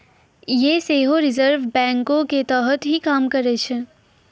यें सेहो रिजर्व बैंको के तहत ही काम करै छै